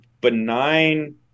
benign